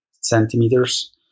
centimeters